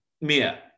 Mia